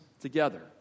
together